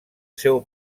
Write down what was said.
seu